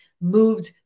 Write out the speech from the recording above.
moved